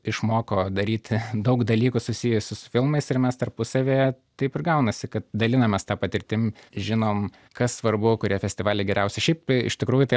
išmoko daryti daug dalykų susijusių su filmais ir mes tarpusavyje taip ir gaunasi kad dalinamės ta patirtim žinom kas svarbu kurie festivaliai geriausi šiaip iš tikrųjų tai